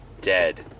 dead